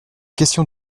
question